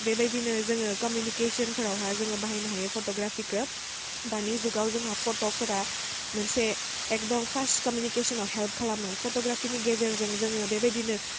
बेबायदिनो जोङो कमिउनिकेशनफोरावहा जोङो बाहायनो हायो फट'ग्राफिखौ दानि जुगाव जोंहा फट'फोरा मोनसे एकदम फास्त कमिउनिकेशनाव हेल्प खालामो फट'ग्राफिनि गेजेरजों जोङो बेबादिनो